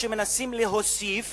שמנסים להוסיף